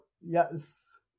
Yes